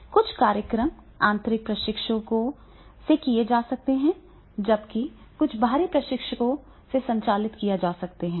कुछ कार्यक्रम आंतरिक प्रशिक्षकों से किए जा सकते हैं जबकि कुछ बाहरी प्रशिक्षकों से संचालित किए जा सकते हैं